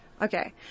okay